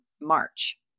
March